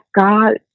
God